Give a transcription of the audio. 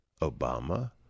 Obama